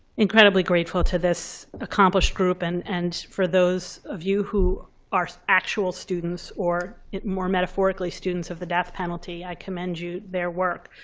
incredibly grateful to this accomplished group. and and for those of you who are actual students, or more metaphorically students of the death penalty, i commend you their work.